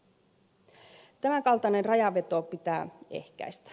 tämän kaltainen rajanveto pitää ehkäistä